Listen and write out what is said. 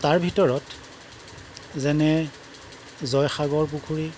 তাৰ ভিতৰত যেনে জয়সাগৰ পুখুৰী